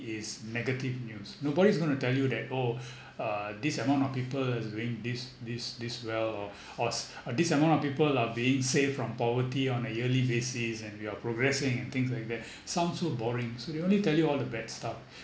is negative news nobody's going to tell you that oh uh this amount of people is doing this this this well or ors this amount of people are being saved from poverty on a yearly basis and we are progressing and things like that sounds so boring so they only tell you all the bad stuff